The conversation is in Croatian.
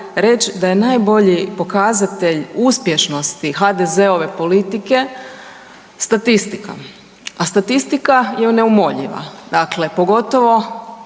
reći da je najbolji pokazatelj uspješnosti HDZ-ove politike statistika. A statistika je neumoljiva, dakle